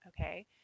Okay